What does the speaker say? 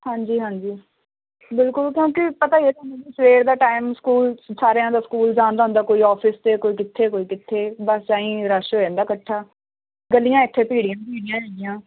ਹਾਂਜੀ ਹਾਂਜੀ ਬਿਲਕੁਲ ਕਿਉਂਕਿ ਪਤਾ ਹੀ ਤੁਹਾਨੂੰ ਵੀ ਸਵੇਰ ਦਾ ਟਾਈਮ ਸਕੂਲ ਸਾਰਿਆਂ ਦਾ ਸਕੂਲ ਜਾਣ ਦਾ ਹੁੰਦਾ ਕੋਈ ਆਫਿਸ ਅਤੇ ਕੋਈ ਕਿੱਥੇ ਕੋਈ ਕਿੱਥੇ ਬਸ ਐਈਂ ਰੱਸ਼ ਹੋ ਜਾਂਦਾ ਇਕੱਠਾ ਗਲੀਆਂ ਇੱਥੇ ਭੀੜੀਆਂ ਭੀੜੀਆਂ ਹੈਗੀਆਂ